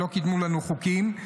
ולא קידמו לנו חוקים,